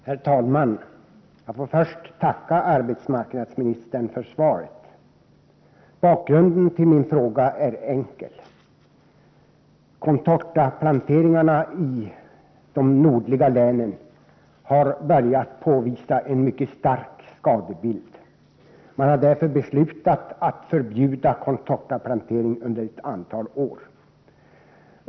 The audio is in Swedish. Herr talman! Jag tackar arbetsmarknadsministern för svaret. Bakgrunden till min fråga är enkel. Contortaplanteringarna i de nordliga länen har börjat uppvisa en mycket kraftig skadebild. Man har därför beslutat att förbjuda contortaplantering under ett antal år.